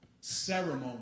ceremony